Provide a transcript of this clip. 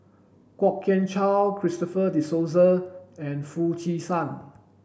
Kwok Kian Chow Christopher De Souza and Foo Chee San